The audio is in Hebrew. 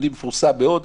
יהודי מפורסם מאוד,